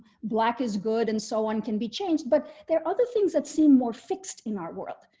black is good and so on can be changed. but there are other things that seem more fixed in our world,